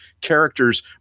characters